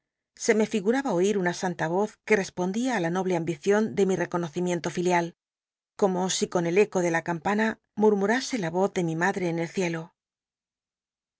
se me figuraba oit una san ta oz que respondía í la noble ambician de mi reconocimiento filial como si con el eco de la campana murmurase la y o z de mi mad tc en el ciclo